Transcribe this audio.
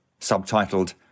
subtitled